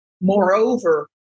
Moreover